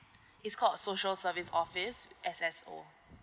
it's called social service office S_S_O